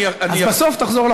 אז בסוף תחזור לחוק.